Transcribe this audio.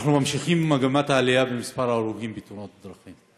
אנחנו ממשיכים עם מגמת העלייה במספר ההרוגים בתאונות הדרכים.